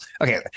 Okay